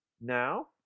now